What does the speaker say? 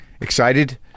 excited